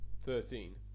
Thirteen